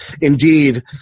Indeed